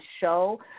show